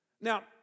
Now